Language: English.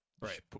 right